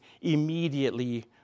immediately